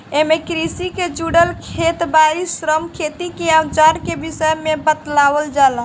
एमे कृषि के जुड़ल खेत बारी, श्रम, खेती के अवजार के विषय में बतावल जाला